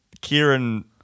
Kieran